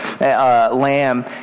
lamb